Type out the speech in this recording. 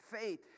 faith